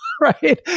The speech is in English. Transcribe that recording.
right